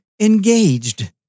engaged